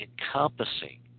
encompassing